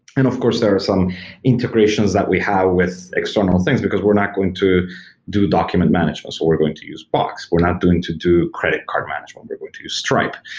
and of course, there are some integrations that we have with external things, because we're not going to do document management. so we're going to use box. we're not doing to do credit card management, we're going to use stripe.